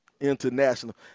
international